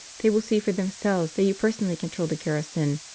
they will see for themselves that you personally control the garrison,